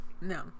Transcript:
No